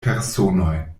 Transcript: personoj